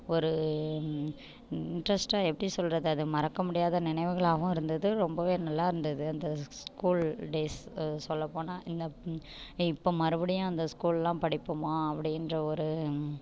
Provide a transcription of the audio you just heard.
ஒரு இண்ட்ரெஸ்ட்டாக எப்படி சொல்லுறது அது மறக்க முடியாத நினைவுகளாகவும் இருந்துது ரொம்பவே நல்லா இருந்துது அந்த ஸ்கூல் டேஸ் சொல்லப் போனால் இந்த இப்போ மறுபடியும் அந்த ஸ்கூல்லாம் படிப்போமா அப்படின்ற ஒரு